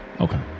Okay